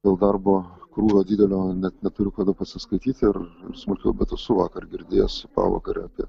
dėl darbo krūvio didelio net neturiu kada pasiskaityti ir smulkiau bet esu vakar girdėjęs pavakarę apie